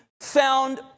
found